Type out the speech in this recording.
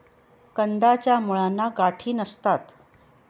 कंदाच्या मुळांना गाठी नसतात